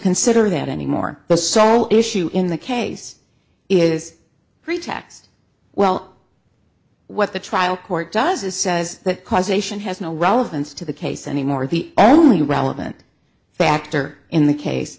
consider that anymore the sole issue in the case is pretext well what the trial court does is says that causation has no relevance to the case anymore the only relevant factor in the case